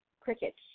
crickets